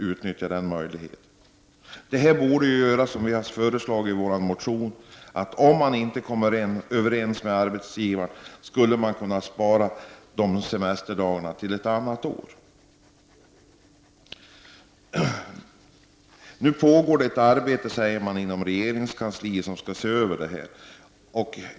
Vpk har i en motion föreslagit att om arbetsgivaren och arbetstagaren inte kommer överens skall arbetstagaren kunna spara dessa semesterdagar till ett annat år. Det sägs att det pågår ett arbete inom regeringskansliet där denna fråga skall ses över.